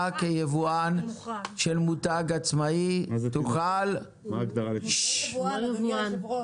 אתה כיבואן של מותג עצמאי תוכל --- הוא לא יבואן אדוני היו"ר.